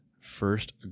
first